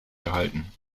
gehalten